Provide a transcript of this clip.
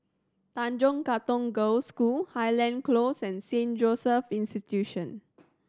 Tanjong Katong Girls School Highland Close and Saint Joseph's Institution